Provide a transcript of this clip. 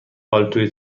پالتو